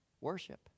Worship